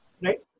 right